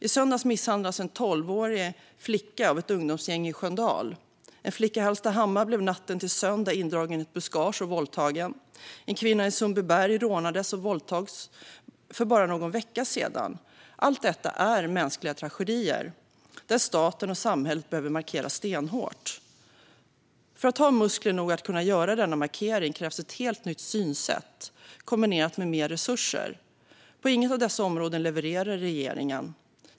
I söndags misshandlades en tolvårig av ett ungdomsgäng i Sköndal. En flicka i Hallstahammar blev natten till söndag indragen i ett buskage och våldtagen. En kvinna i Sundbyberg rånades och våldtogs för bara någon vecka sedan. Allt detta är mänskliga tragedier, och staten och samhället behöver markera stenhårt mot det. För att ha muskler nog att kunna göra denna markering krävs ett helt nytt synsätt, kombinerat med mer resurser. På inget av dessa områden levererar regeringen.